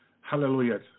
Hallelujah